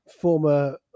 former